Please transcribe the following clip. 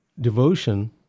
devotion